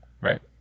Right